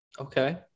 Okay